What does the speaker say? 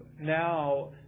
Now